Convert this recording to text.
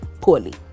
poorly